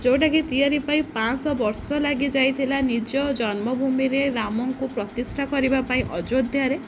ଯେଉଁଟା କି ତିଆରି ପାଇଁ ପାଞ୍ଚଶହ ବର୍ଷ ଲାଗିଯାଇଥିଲା ନିଜ ଜନ୍ମଭୂମିରେ ରାମଙ୍କୁ ପ୍ରତିଷ୍ଠା କରିବା ପାଇଁ ଅଯୋଧ୍ୟାରେ